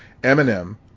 Eminem